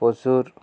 প্রচুর